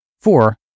Four